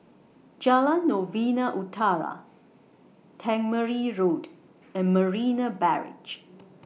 Jalan Novena Utara Tangmere Road and Marina Barrage